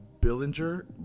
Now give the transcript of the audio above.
Billinger